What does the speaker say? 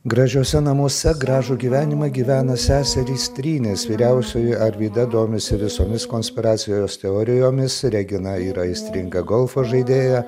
gražiuose namuose gražų gyvenimą gyvena seserys trynės vyriausioji arvyda domisi visomis konspiracijos teorijomis regina yra aistringa golfo žaidėja